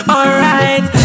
Alright